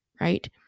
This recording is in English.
Right